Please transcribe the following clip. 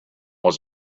was